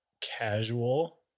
Casual